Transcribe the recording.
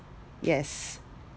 yes